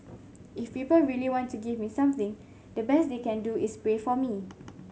if people really want to give me something the best they can do is pray for me